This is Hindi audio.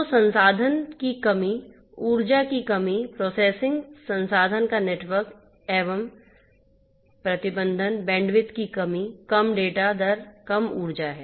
तो संसाधन की कमी ऊर्जा की कमी प्रोसेसिंग संसाधन का नेटवर्क एवं बाधा बैंडविड्थ की कमी कम डेटा दर कम ऊर्जा है